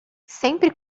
sempre